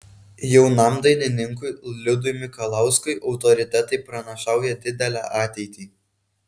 jaunam dainininkui liudui mikalauskui autoritetai pranašauja didelę ateitį